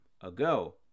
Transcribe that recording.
ago